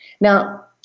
Now